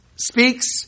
speaks